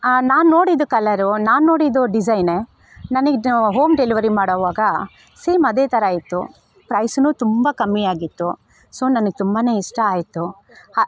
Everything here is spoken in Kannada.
ನಾನು ನೋಡಿದ್ದ ಕಲರು ನಾನು ನೋಡಿದ ಡಿಸೈನೆ ನನಗೆ ಹೋಮ್ ಡೆಲ್ವರಿ ಮಾಡೋವಾಗ ಸೇಮ್ ಅದೇ ಥರ ಇತ್ತು ಪ್ರೈಸ್ನೂ ತುಂಬ ಕಮ್ಮಿಯಾಗಿತ್ತು ಸೊ ನನಗೆ ತುಂಬಾ ಇಷ್ಟ ಆಯಿತು ಹಾಂ